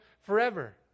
forever